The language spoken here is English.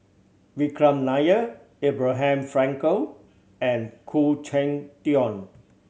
Vikram Nair Abraham Frankel and Khoo Cheng Tiong